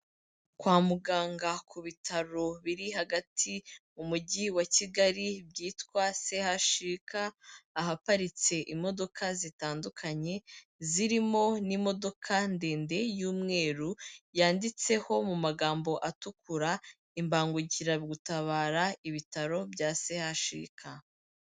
Kwa muganga, ku bitaro biri hagati mu mujyi wa Kigali byitwa CHUK ahaparitse imodoka zitandukanye, zirimo n'imodoka ndende y'umweru yanditseho mu magambo atukura imbangukiragutabara, ibitaro bya CHUK.